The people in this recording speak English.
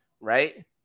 right